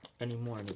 Anymore